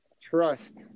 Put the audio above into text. trust